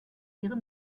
ihre